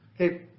Okay